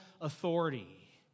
authority